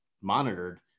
monitored